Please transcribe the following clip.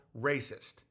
racist